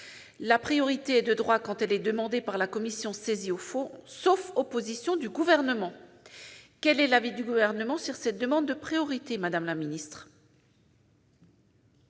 la priorité est de droit quand elle est demandée par la commission saisie au fond, sauf opposition du Gouvernement. Quel est l'avis du Gouvernement sur cette demande de priorité formulée